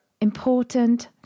important